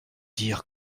dire